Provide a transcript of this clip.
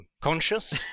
conscious